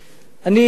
אני מבקש,